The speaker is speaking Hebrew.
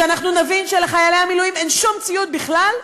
כשנבין שלחיילי המילואים אין שום ציוד בכלל?